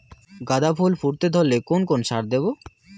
গাদা ফুল ফুটতে ধরলে কোন কোন সার দেব?